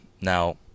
Now